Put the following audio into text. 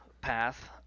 path